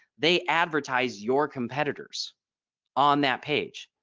they advertise your competitors on that page.